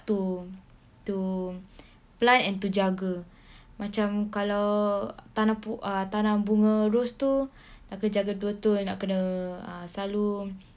to to plant and to jaga macam kalau tanam tanam bunga rose tu tapi jaga bunga tu nak kena ah selalu